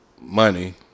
money